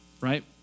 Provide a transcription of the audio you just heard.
right